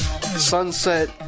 Sunset